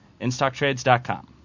InStockTrades.com